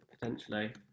Potentially